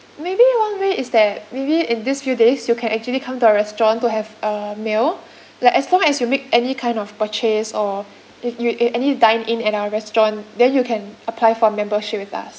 maybe one way is that maybe in this few days you can actually come to our restaurant to have uh meal like as long as you make any kind of purchase or if you eat any dine in at our restaurant then you can apply for membership with us